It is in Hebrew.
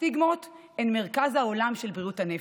הסטיגמות הן מרכז העולם של בריאות הנפש.